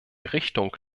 richtung